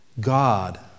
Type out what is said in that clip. God